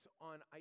on